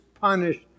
punished